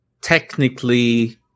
technically